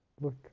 look